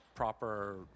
proper